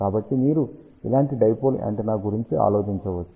కాబట్టి మీరు ఇలాంటి డైపోల్ యాంటెన్నా గురించి ఆలోచించవచ్చు